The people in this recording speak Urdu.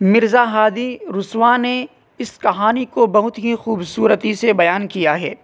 مرزا ہادی رسوا نے اس کہانی کو بہت ہی خوبصورتی سے بیان کیا ہے